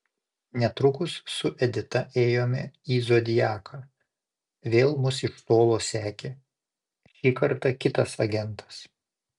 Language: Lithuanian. netrukus su edita ėjome į zodiaką vėl mus iš tolo sekė šį kartą kitas agentas